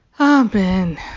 Amen